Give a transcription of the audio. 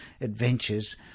adventures